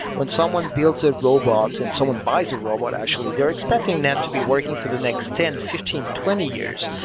when someone builds a robot and someone buys a robot actually, they're expecting that to be working for the next ten, fifteen, twenty years.